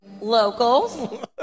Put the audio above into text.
Locals